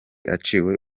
aciwe